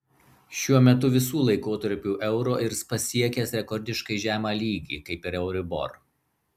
šiuo metu visų laikotarpių euro irs pasiekęs rekordiškai žemą lygį kaip ir euribor